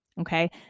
okay